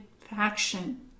faction